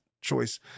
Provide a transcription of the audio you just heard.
choice